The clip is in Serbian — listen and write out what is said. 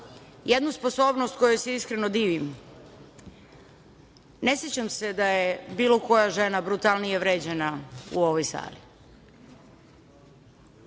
jednu sposobnost kojoj se iskreno divim. Ne sećam se da je bilo koja žena brutalnije vređana u ovoj sali.